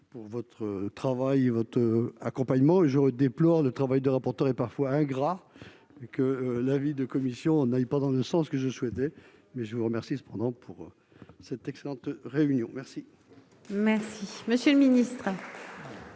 Merci. Monsieur le ministre,